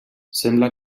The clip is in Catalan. sembla